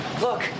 Look